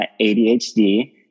ADHD